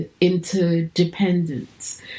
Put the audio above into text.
interdependence